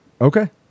Okay